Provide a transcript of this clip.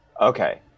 Okay